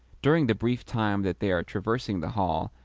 during the brief time that they are traversing the hall,